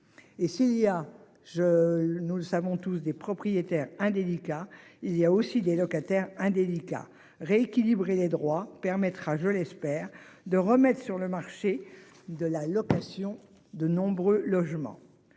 Et s'il y a je nous le savons tous, des propriétaires indélicats. Il y a aussi des locataires indélicats rééquilibrer les droits permettra, je l'espère, de remettre sur le marché de la location de nombreux logements